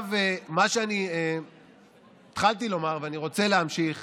מה שהתחלתי לומר ואני רוצה להמשיך